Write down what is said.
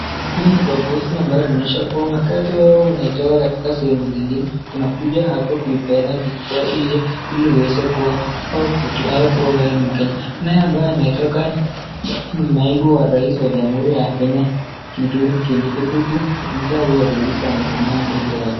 Hili ni la babosi, ambalo linaonyesha kuwa wakati wewe unatoka katika sehemu zingine, unakuja hapo kuipeana kitambulisho ili uweze kuwa ama kuwa wewe ni Mkenya. Naye ambaye ametoka ni naibu wa rais wa Jamhuri ya Kenya, Kithure Kindiki, huku afisa huyu wa polisi amesimama mbele yake.